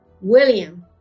William